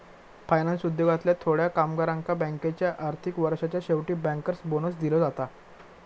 finance उद्योगातल्या थोड्या कामगारांका बँकेच्या आर्थिक वर्षाच्या शेवटी बँकर्स बोनस दिलो जाता